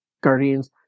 Guardians